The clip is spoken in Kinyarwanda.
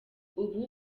ubu